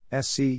SC